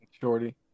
Shorty